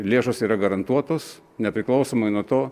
lėšos yra garantuotos nepriklausomai nuo to